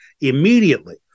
immediately